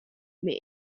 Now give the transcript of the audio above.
mais